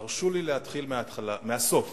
הרשו לי להתחיל מהסוף,